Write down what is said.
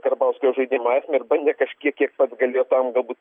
karbauskio žaidimo esmę ir bandė kažkiek kiek pats galėjo tam galbūt